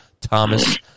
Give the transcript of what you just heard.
Thomas